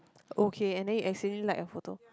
okay and then you accidentally like a photo